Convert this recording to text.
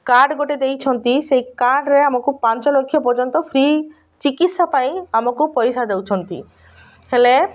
card ଗୋଟେ ଦେଇଛନ୍ତି ସେଇ କାର୍ଡ଼ରେ ଆମକୁ ପାଞ୍ଚ ଲକ୍ଷ ପର୍ଯ୍ୟନ୍ତ ଫ୍ରି ଚିକିତ୍ସା ପାଇଁ ଆମକୁ ପଇସା ଦେଉଛନ୍ତି ହେଲେ